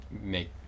make